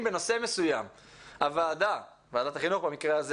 בנושא מסוים הוועדה ועדת החינוך במקרה הזה